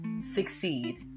succeed